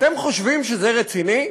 אתם חושבים שזה רציני?